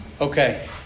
Okay